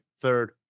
third